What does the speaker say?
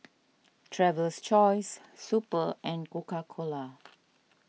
Traveler's Choice Super and Coca Cola